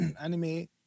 anime